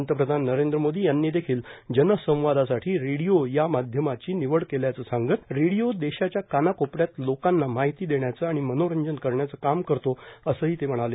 पंतप्रधान नरेंद्र मोदी यांनी देखिल जनसंवादासाठी रेडिओ या माध्यमाषी निवड केल्याचं सांगत रेडिओ देशाच्या क्रनाळोपऱ्यात लोकांना माहिती देण्याचं आणि मनोरंजन करण्याचं काम करतो असं ते म्हणाले